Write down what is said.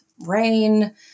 rain